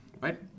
right